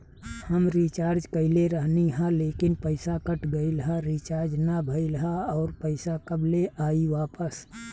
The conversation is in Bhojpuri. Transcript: हम रीचार्ज कईले रहनी ह लेकिन पईसा कट गएल ह रीचार्ज ना भइल ह और पईसा कब ले आईवापस?